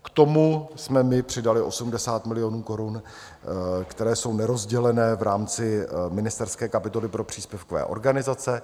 K tomu jsme my přidali 80 milionů korun, které jsou nerozdělené v rámci ministerské kapitoly pro příspěvkové organizace.